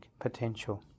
potential